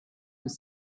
was